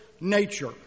nature